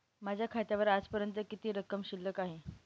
माझ्या खात्यावर आजपर्यंत किती रक्कम शिल्लक आहे?